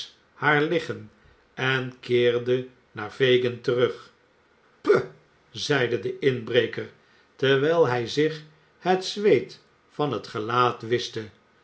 haar liggen en keerde naar fagin terug puh zeide de inbreker terwijl hij zich het zweet van het gelaat wischte